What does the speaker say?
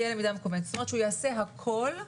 זאת אומרת שהוא יעשה הכול,